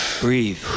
breathe